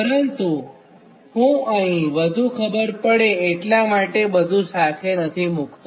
પરંતુ હું અહીં વધું ખબર પડે એટલા માટે બધું સાથે નથી મુક્તો